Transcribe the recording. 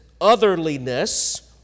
otherliness